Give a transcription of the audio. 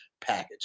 package